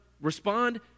respond